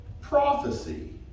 prophecy